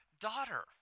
daughter